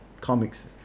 comics